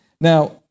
Now